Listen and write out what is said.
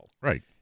Right